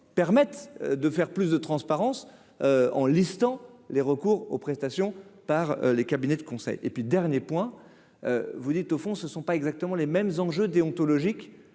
permettent de faire plus de transparence en listant les recours aux prestations par les cabinets de conseil et puis dernier point vous dites au fond ce ne sont pas exactement les mêmes enjeux déontologiques